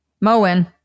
Moen